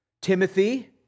Timothy